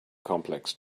complex